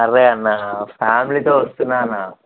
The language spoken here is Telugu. అదే అన్న ఫ్యామిలీతో వస్తున్నాను అన్న